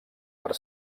per